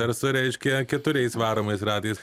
ar su reiškia keturiais varomais ratais